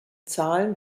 zahlen